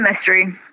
mystery